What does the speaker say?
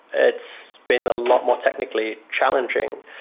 it's been a lot more technically challenging,